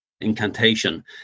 Incantation